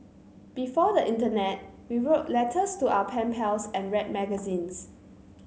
before the internet we wrote letters to our pen pals and read magazines